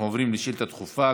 אנחנו עוברים לשאילתה דחופה.